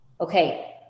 okay